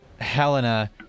Helena